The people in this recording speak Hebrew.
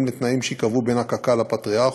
לתנאים שייקבעו בין קק"ל לפטריארך,